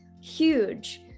huge